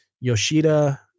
Yoshida